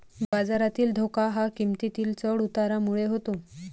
बाजारातील धोका हा किंमतीतील चढ उतारामुळे होतो